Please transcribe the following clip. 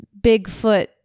Bigfoot